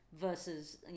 versus